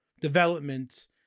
development